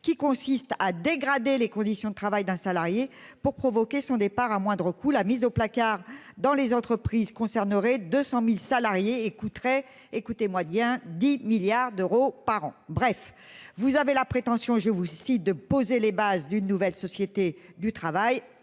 qui consiste à dégrader les conditions de travail d'un salarié pour provoquer son départ à moindre coût. La mise au placard dans les entreprises, concernerait 200.000 salariés coûterait, écoutez-moi bien, 10 milliards d'euros par an. Bref, vous avez la prétention je vous aussi de poser les bases d'une nouvelle société du travail.